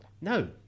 No